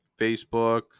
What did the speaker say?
Facebook